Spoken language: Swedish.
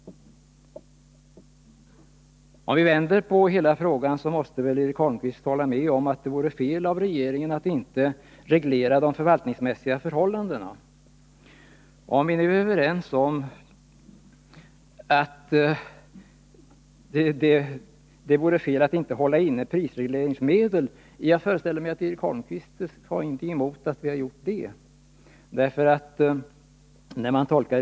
Om vi vänder på saken tror jag Eric Holmqvist håller med om att det vore fel av regeringen att inte reglera de förvaltningsmäs siga förhållandena. Jag föreställer mig att Eric Holmqvist inte har någonting emot att vi har hållit inne prisregleringsmedel.